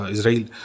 Israel